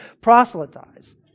proselytize